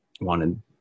wanted